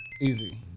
Easy